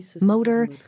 motor